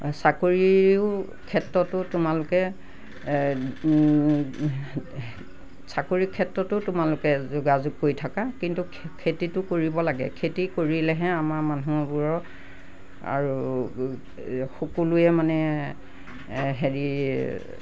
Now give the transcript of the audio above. চাকৰিও ক্ষেত্ৰটো তোমালোকে চাকৰীৰ ক্ষেত্ৰটো তোমালোকে যোগাযোগ কৰি থাকা কিন্তু খে খেতিটো কৰিব লাগে খেতি কৰিলেহে আমাৰ মানুহবোৰৰ আৰু সকলোৰে মানে হেৰি